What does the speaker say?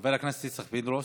חבר הכנסת יצחק פינדרוס,